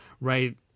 right